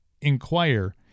inquire